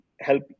help